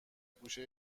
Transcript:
گوشه